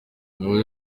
ingabo